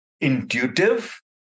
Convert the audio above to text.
intuitive